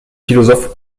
philosophe